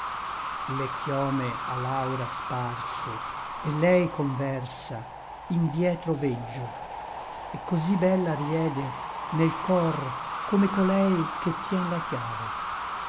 le chiome a l'aura sparse et lei conversa indietro veggio et cosí bella riede nel cor come colei che tien la chiave